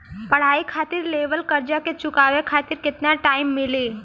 पढ़ाई खातिर लेवल कर्जा के चुकावे खातिर केतना टाइम मिली?